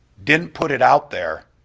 didn't put it out there,